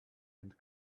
and